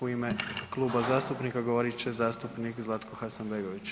U ime kluba zastupnika govorit će zastupnik Zlatko Hasanbegović.